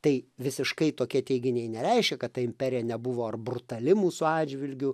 tai visiškai tokie teiginiai nereiškia kad ta imperija nebuvo ar brutali mūsų atžvilgiu